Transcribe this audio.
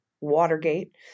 Watergate